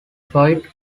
floyd